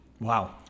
Wow